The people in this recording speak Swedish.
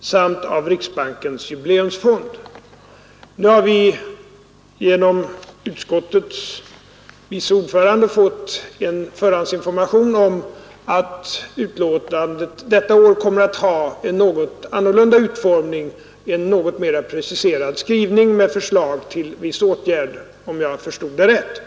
samt av Riksbankens jubileumsfond.” Nu har vi genom utskottets vice ordförande fått en förhandsinformation om att betänkandet i år kommer att ha en något annorlunda utformning, en något mer preciserad skrivning med förslag till viss åtgärd, om jag förstod rätt.